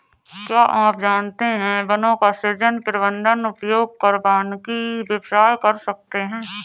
क्या आप जानते है वनों का सृजन, प्रबन्धन, उपयोग कर वानिकी व्यवसाय कर सकते है?